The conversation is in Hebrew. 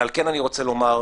ועל כן אני רוצה לומר: